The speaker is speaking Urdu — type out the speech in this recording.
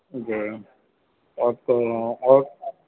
جی آپ کو اور